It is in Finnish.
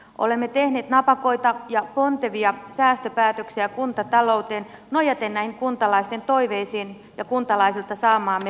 olemme tehneet napakoita ja pontevia säästöpäätöksiä kuntatalouteen nojaten näihin kuntalaisten toiveisiin ja kuntalaisilta saamaamme palautteeseen